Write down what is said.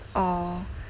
or